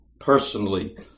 Personally